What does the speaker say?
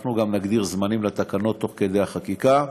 אנחנו גם נגדיר זמנים לתקנות תוך כדי החקיקה,